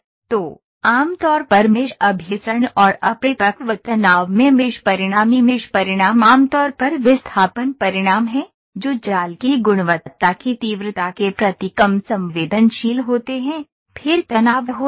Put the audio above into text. तो आमतौर पर मेष अभिसरण और अपरिपक्व तनाव में मेष परिणामी मेष परिणाम आमतौर पर विस्थापन परिणाम हैं जो जाल की गुणवत्ता की तीव्रता के प्रति कम संवेदनशील होते हैं फिर तनाव होते हैं